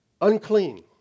Unclean